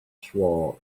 swore